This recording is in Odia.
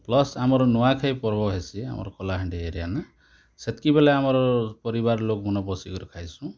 ପ୍ଲସ ଆମର ନୂଆଖାଇ ପର୍ବ ହେସି ଆମର କଳାହାଣ୍ଡି ଏରିଆନେ ସେତିକିବେଲେ ଆମର ପରିବାର ଲୋକମାନ ବସିକିରି ଖାଇସୁଁ